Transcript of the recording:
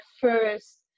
first